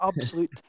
Absolute